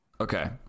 Okay